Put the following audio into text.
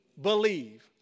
believe